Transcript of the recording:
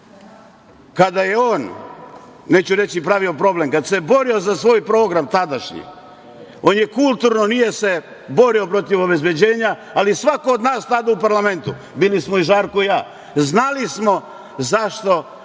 kada je on, neću reći pravio problem, kad se borio za svoj tadašnji program, on je kulturno, nije se borio protiv obezbeđenja, ali svako od nas tada u parlamentu, bili smo i Žarko i ja, znali smo zašto